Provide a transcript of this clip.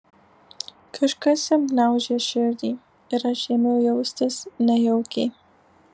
kažkas jam gniaužė širdį ir aš ėmiau jaustis nejaukiai